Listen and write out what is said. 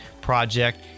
project